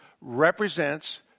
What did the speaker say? represents